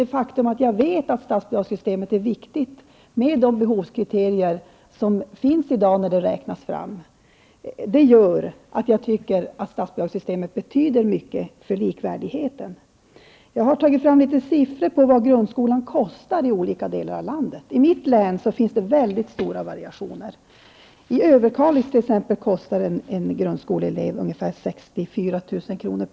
Det faktum att jag vet hur viktiga nu gällande behovskriterier för framräkningen av statsbidraget är gör att jag tycker att statsbidragssystemet betyder mycket för likvärdigheten. Jag har tagit fram en del siffror på vad grundskolan kostar i olika delar av landet. I mitt hemlän finns det mycket stora variationer. I t.ex. Överkalix kostar en grundskoleelev ungefär 64 000 kr.